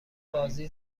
بازی